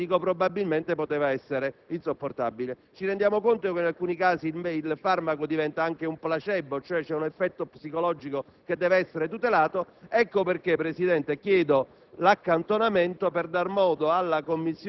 che dal punto di vista del rapporto paziente-medico probabilmente poteva essere insopportabile. Ci rendiamo conto che in alcuni casi il farmaco diventa anche un placebo, e l'effetto psicologico deve essere tutelato. Ecco perché, Presidente, chiedo